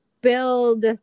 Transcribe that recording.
build